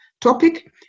topic